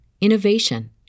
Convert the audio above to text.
innovation